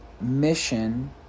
mission